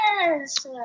Yes